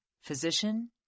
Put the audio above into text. physician